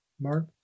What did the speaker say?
Mark